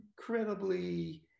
incredibly